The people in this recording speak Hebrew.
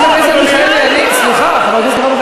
חברת הכנסת מיכאלי, סליחה.